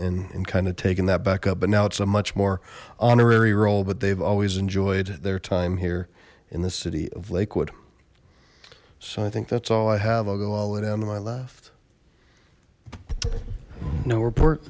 serbia and kind of taken that back up but now it's a much more honorary role but they've always enjoyed their time here in the city of lakewood so i think that's all i have i'll go all the way down to my left no report